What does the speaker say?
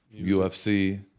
UFC